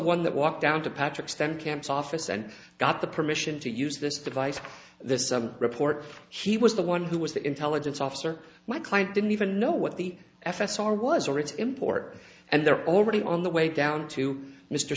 one that walked down to patrick's tent camps office and got the permission to use this device this report he was the one who was the intelligence officer my client didn't even know what the f s r was or its import and they're already on the way down to mr